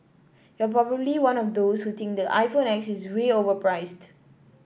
you're probably one of those who think the iPhone X is way overpriced